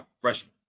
freshman